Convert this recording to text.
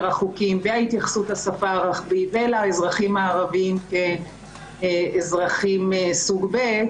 החוקים וההתייחסות לשפה הערבית ולאזרחים הערביים כאזרחים סוג ב',